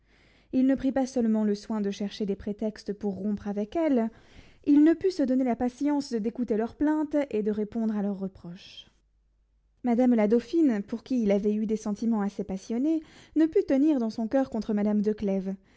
il ne prit pas seulement le soin de chercher des prétextes pour rompre avec elles il ne put se donner la patience d'écouter leurs plaintes et de répondre à leurs reproches madame la dauphine pour qui il avait eu des sentiments assez passionnés ne put tenir dans son coeur contre madame